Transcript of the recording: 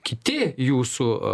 kiti jūsų